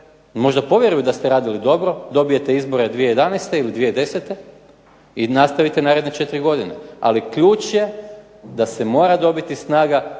Možda povjeruju da ste redili dobro, dobijete izbore 2011. ili 2010. i nastavite naredne četiri godine. Ali ključ je da se mora dobiti snaga